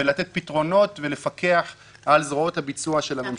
לתת פתרונות ולפקח על זרועות הביצוע של הממשלה.